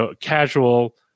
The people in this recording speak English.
casual